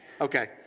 Okay